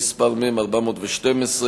מ/412,